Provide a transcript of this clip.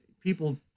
people